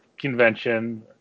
convention